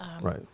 Right